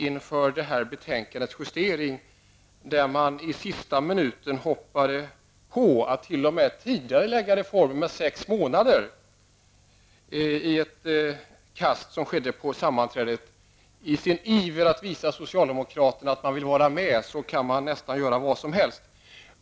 Inför det här betänkandets justering hoppade man i sista minuten på förslaget att t.o.m. tidigarelägga reformen sex månader. I sin iver att visa socialdemokraterna att man vill vara medkan miljöpartiet tydligen göra nästan vad som helst.